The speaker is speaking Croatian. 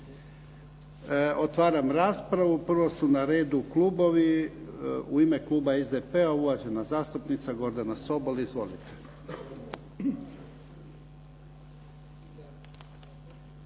Otvaram raspravu. Prvo su na redu klubovi. U ime kluba SDP-a uvažena zastupnica Gordana Sobol. Izvolite.